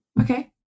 okay